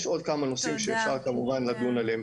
יש עוד כמה נושאים שאפשר כמובן לדון עליהם,